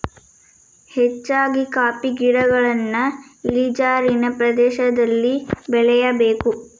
ಹೆಚ್ಚಾಗಿ ಕಾಫಿ ಗಿಡಗಳನ್ನಾ ಇಳಿಜಾರಿನ ಪ್ರದೇಶದಲ್ಲಿ ಬೆಳೆಯಬೇಕು